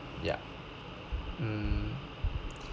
ya mm